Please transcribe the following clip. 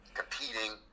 competing